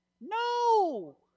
No